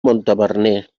montaverner